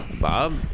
Bob